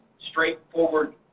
straightforward